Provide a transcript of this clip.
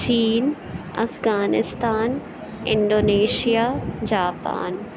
chain Afghanistan Indonesia Japan